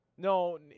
No